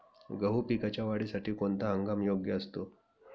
गहू पिकाच्या वाढीसाठी कोणता हंगाम योग्य असतो?